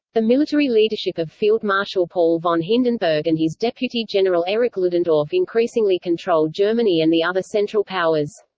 the military leadership of field marshal paul von hindenburg and his deputy general erich ludendorff increasingly controlled germany and the other central powers.